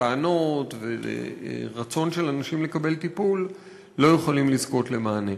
טענות ורצון של אנשים לקבל טיפול לא יכולים לזכות למענה.